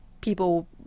people